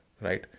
right